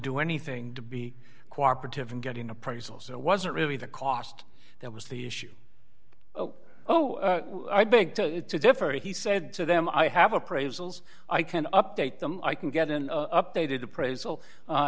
do anything to be co operative in getting appraisals it wasn't really the cost that was the issue oh i beg to differ he said to them i have appraisals i can update them i can get an updated appraisal